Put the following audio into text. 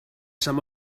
some